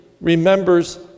remembers